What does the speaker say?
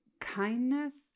kindness